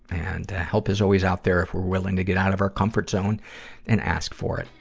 and, ah, help is always out there if we're willing to get out of our comfort zone and ask for it.